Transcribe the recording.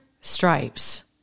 stripes